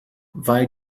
weil